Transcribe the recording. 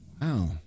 Wow